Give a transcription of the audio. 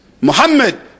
Muhammad